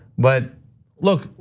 but look,